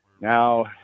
now